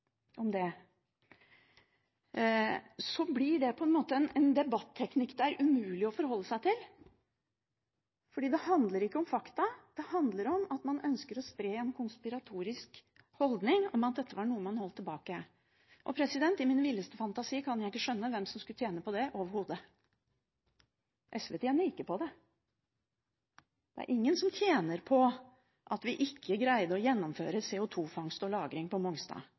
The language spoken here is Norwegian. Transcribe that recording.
så jeg visste ingenting om det – blir det en debatteknikk det er umulig å forholde seg til. Dette handler ikke om fakta, det handler om at man ønsker å spre en konspiratorisk holdning om at dette var noe man holdt tilbake. Jeg kan ikke i min villeste fantasi skjønne hvem som overhodet skulle tjene på det. SV tjener ikke på det. Det er ingen som tjener på at vi ikke greide å gjennomføre CO2-fangst og -lagring på Mongstad